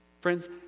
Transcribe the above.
Friends